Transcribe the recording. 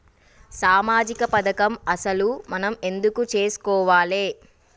సామాజిక పథకం అసలు మనం ఎందుకు చేస్కోవాలే?